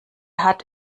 hat